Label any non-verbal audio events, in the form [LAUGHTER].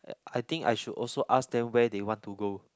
[NOISE] I think I should also ask them where they want to go